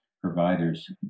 providers